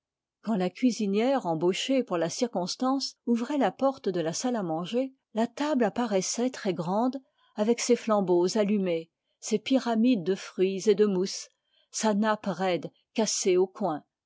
quand la cuisinière embauchée pour la circonstance ouvrait la porte de la salle à manger la table apparaissait avec ses flambeaux allumés ses pyramides de fruits et de mousse sa nappe raide cassée aux coins